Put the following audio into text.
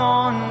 on